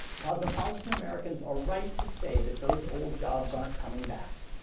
cosmopolitan americans are right to say that those old jobs aren't coming back,